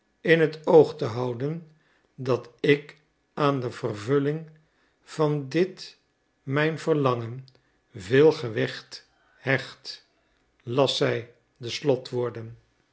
in het oog te houden dat ik aan de vervulling van dit mijn verlangen veel gewicht hecht las zij de